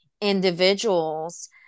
individuals